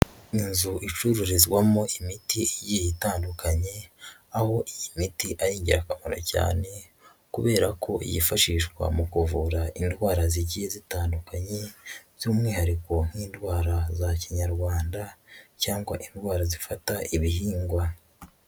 Inzu icururizwamo imiti igiye itandukanye, aho iyi miti ari ingirakamaro cyane, kubera ko yifashishwa mu kuvura indwara zigiye zitandukanye, by'umwihariko nk'indwara za kinyarwanda, cyangwa indwara zifata ibihingwa.